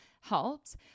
helps